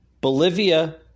Bolivia